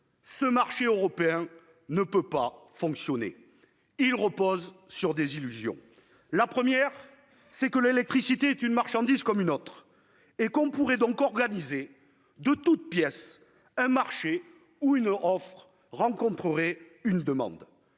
le marché européen actuel ne peut pas fonctionner, car il repose sur trois illusions. La première est que l'électricité est une marchandise comme une autre et que l'on pourrait organiser de toutes pièces un marché où l'offre rencontrerait la demande.